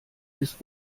ist